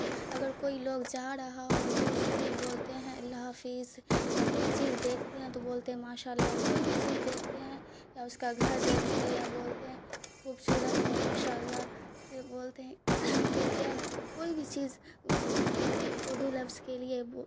اگر کوئی لوگ جا رہا ہو تو اس کو بھی بولتے ہیں اللہ حافظ یا کوئی چیز دیکھتے ہیں تو بولتے ہیں ماشاء اللہ یا کوئی بھی چیز دیکھتے ہیں یا اس کا گھر دیکھتے یا بولتے ہیں خوبصورت ہو ماشاء اللہ پھر بولتے ہیں پھر جو ہے نا کوئی بھی چیز اردو لفظ کے لیے